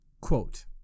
Quote